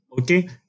Okay